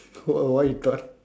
oh what you thought